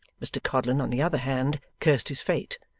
mr codlin on the other hand, cursed his fate,